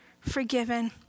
forgiven